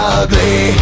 ugly